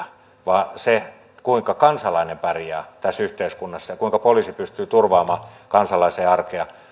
vaan kuinka kansalainen pärjää tässä yhteiskunnassa ja kuinka poliisi pystyy turvaamaan kansalaisen arkea